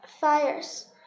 fires